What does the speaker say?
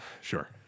Sure